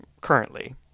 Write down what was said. currently